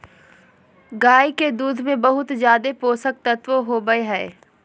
गाय के दूध में बहुत ज़्यादे पोषक तत्व होबई हई